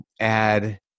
Add